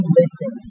listen